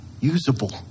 usable